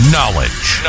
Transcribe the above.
Knowledge